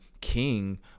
King